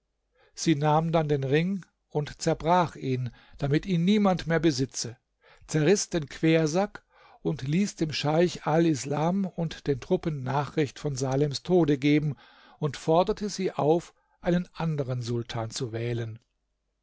sie nahm dann den ring und zerbrach ihn damit ihn niemand mehr besitze zerriß den quersack und ließ dem scheich al islam und den truppen nachricht von salems tode geben und forderte sie auf einen anderen sultan zu wählen